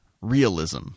realism